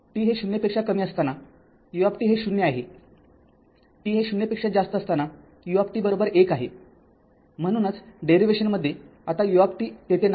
t हे ० पेक्षा कमी असताना u हे ० आहे t हे ० पेक्षा जास्त असताना u १ आहे म्हणूनच डेरीव्हेशनमध्ये आता u तेथे नाही